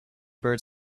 birds